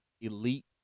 elite